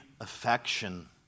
affection